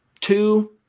two